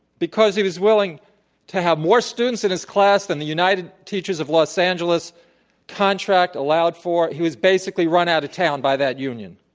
because he was willing to have more students in his class than the united teachers of los angeles contract allowed for, for, he was basically run out of town by that union.